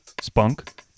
spunk